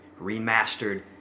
remastered